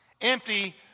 Empty